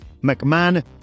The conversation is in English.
McMahon